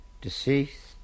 Deceased